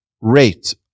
rate